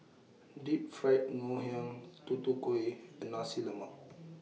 Deep Fried Ngoh Hiang Tutu Kueh and Nasi Lemak